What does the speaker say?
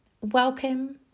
welcome